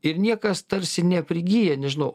ir niekas tarsi neprigyja nežinau